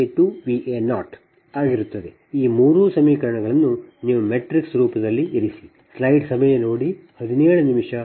ಆದ್ದರಿಂದ ಈ ಮೂರು ಸಮೀಕರಣಗಳನ್ನು ನೀವು ಮ್ಯಾಟ್ರಿಕ್ಸ್ ರೂಪದಲ್ಲಿ ಇರಿಸಿ